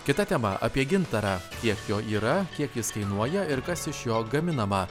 kita tema apie gintarą kiek jo yra kiek jis kainuoja ir kas iš jo gaminama